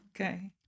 okay